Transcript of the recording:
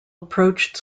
approached